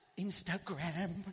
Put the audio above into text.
Instagram